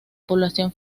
población